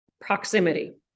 proximity